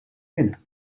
binnen